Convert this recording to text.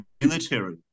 military